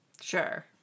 Sure